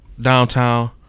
Downtown